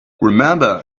remember